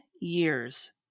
years